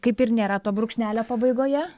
kaip ir nėra to brūkšnelio pabaigoje